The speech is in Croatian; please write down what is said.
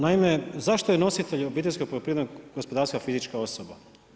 Naime, zašto je nositelj obiteljskog poljoprivrednog gospodarstva fizička osoba?